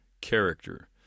character